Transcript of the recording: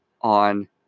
on